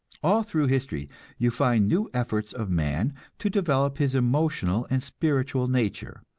all through history you find new efforts of man to develop his emotional and spiritual nature,